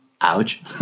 Ouch